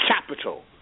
capital